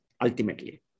ultimately